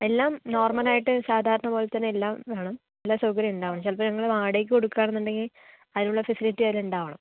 എല്ലാം നോർമലായിട്ട് സാധാരണ പോലെ തന്നെ എല്ലാം വേണം എല്ലാ സൗകര്യവും ഉണ്ടാവണം ചിലപ്പോൾ ഞങ്ങൾ വാടകയ്ക്ക് കൊടുക്കുകയാണെന്നുണ്ടെങ്കിൽ അതിനുള്ള ഫെസിലിറ്റി അതിലുണ്ടാവണം